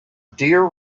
deer